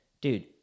dude